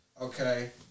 Okay